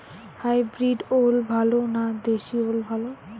Hybrid ওল ভালো না দেশী ওল ভাল?